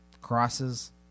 crosses